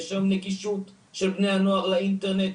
יש היום נגישות של בני הנוער לאינטרנט,